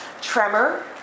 Tremor